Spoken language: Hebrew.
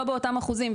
לא באותם אחוזים,